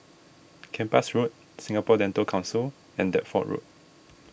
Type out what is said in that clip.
Kempas Road Singapore Dental Council and Deptford Road